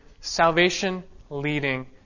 salvation-leading